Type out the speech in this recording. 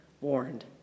warned